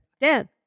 Dan